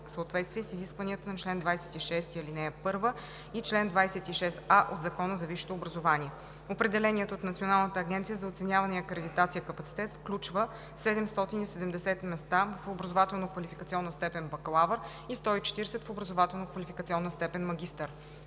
съответствие с изискванията на чл. 26, ал. 1 и чл. 26а от Закона за висшето образование. Определеният от Националната агенция за оценяване и акредитация капацитет включва 770 места в образователно квалификационна степен „бакалавър“ и 140 – в образователно квалификационна степен „магистър“.